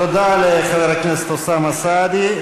תודה לחבר הכנסת אוסאמה סעדי.